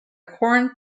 quaternary